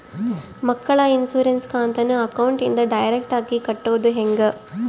ಮಕ್ಕಳ ಇನ್ಸುರೆನ್ಸ್ ಕಂತನ್ನ ಅಕೌಂಟಿಂದ ಡೈರೆಕ್ಟಾಗಿ ಕಟ್ಟೋದು ಹೆಂಗ?